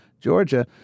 Georgia